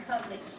public